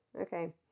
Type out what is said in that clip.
Okay